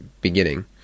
beginning